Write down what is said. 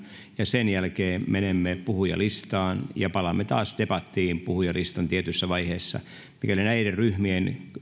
ja sen jälkeen menemme puhujalistaan ja palaamme taas debattiin puhujalistan tietyissä vaiheissa mikäli näiden ryhmien